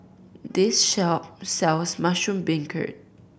this shop sells mushroom beancurd